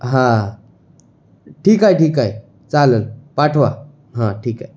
हां ठीक आहे ठीक आहे चालंल पाठवा हं ठीक आहे